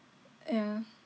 ya